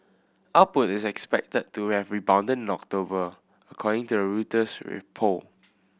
output is expected to have rebounded in October according to a Reuters poll